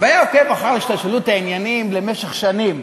והיה עוקב אחר השתלשלות העניינים במשך שנים,